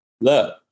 Look